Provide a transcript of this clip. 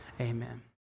Amen